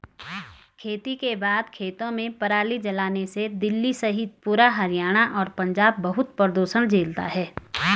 खेती के बाद खेतों में पराली जलाने से दिल्ली सहित पूरा हरियाणा और पंजाब बहुत प्रदूषण झेलता है